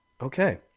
okay